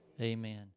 Amen